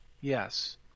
Yes